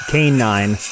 Canine